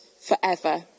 forever